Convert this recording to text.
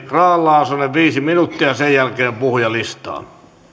grahn laasonen viisi minuuttia ja sen jälkeen puhujalistaan